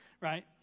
right